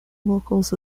locals